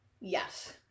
Yes